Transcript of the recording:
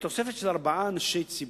בתוספת של ארבעה אנשי ציבור,